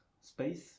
space